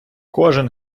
кожен